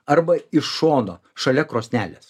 arba iš šono šalia krosnelės